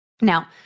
Now